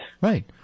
Right